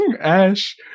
Ash